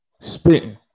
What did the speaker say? Spitting